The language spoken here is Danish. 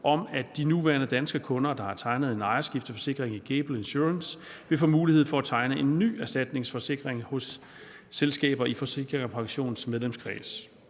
om, at de nuværende danske kunder, der har tegnet en ejerskifteforsikring i Gable Insurance, vil få mulighed for at tegne en ny erstatningsforsikring hos selskaber i Forsikring & Pensions medlemskreds.